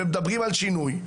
ומדברים על שינוי,